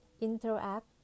interact